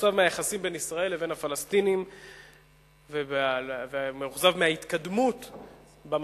מאוכזב מהיחסים בין ישראל לבין הפלסטינים ומאוכזב מההתקדמות במשא-ומתן,